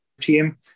team